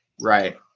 Right